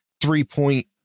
three-point